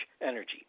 energy